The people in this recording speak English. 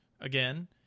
Again